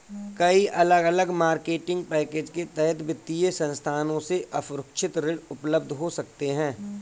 कई अलग अलग मार्केटिंग पैकेज के तहत वित्तीय संस्थानों से असुरक्षित ऋण उपलब्ध हो सकते हैं